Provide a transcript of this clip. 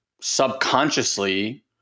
subconsciously